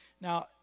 Now